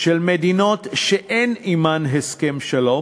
של מדינות שאין עמן הסכם שלום.